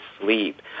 sleep